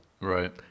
Right